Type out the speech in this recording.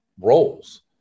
roles